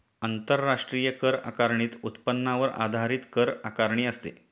आंतरराष्ट्रीय कर आकारणीत उत्पन्नावर आधारित कर आकारणी असते